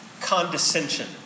condescension